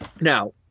Now